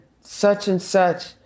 such-and-such